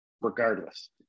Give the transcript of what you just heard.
regardless